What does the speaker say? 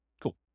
Cool